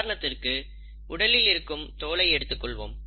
உதாரணத்திற்கு உடலில் இருக்கும் தோலை எடுத்துக் கொள்வோம்